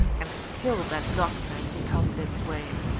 and kill that doctor, if he come this way.